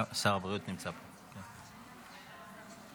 אדוני